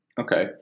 Okay